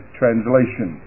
translation